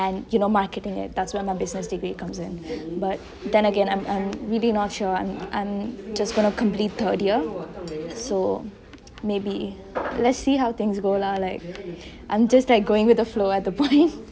and you know marketing that's where my business degree comes in but then again I'm I'm really not sure I'm I'm just gonna complete third year so maybe let's see how things go lah like I'm just like going with the flow at the point